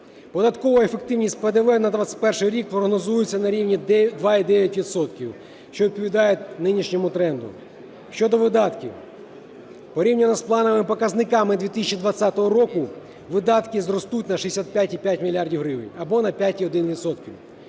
Податкова ефективність ПДВ на 21-й рік прогнозується на рівні 2,9 відсотка, що відповідає нинішньому тренду. Щодо видатків. Порівняно з плановими показниками 2020 року видатки зростуть на 65,5 мільярда гривень або на 5,1